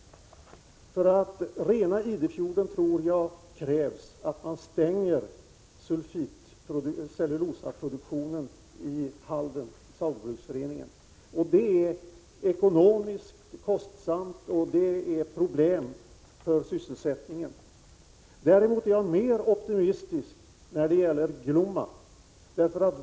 För att rena den tror jag det krävs att cellullosaproduktionen i Saugbrugsforeningen i Halden upphör. Det blir dock ekonomiskt kostsamt och problematiskt för sysselsättningen. Däremot är jag mer optimistisk när det gäller Glomma.